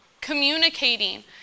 Communicating